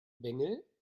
bengel